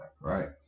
right